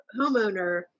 homeowner